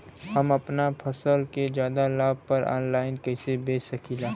हम अपना फसल के ज्यादा लाभ पर ऑनलाइन कइसे बेच सकीला?